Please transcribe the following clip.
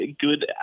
good